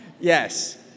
Yes